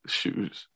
shoes